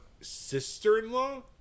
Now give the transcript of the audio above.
sister-in-law